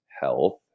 health